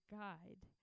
guide